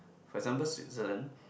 for example Switzerland